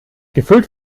gefüllt